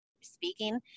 speaking